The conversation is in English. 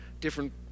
different